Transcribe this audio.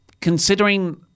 Considering